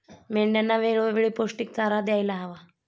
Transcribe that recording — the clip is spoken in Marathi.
मेंढ्यांना वेळोवेळी पौष्टिक चारा द्यायला हवा